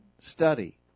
study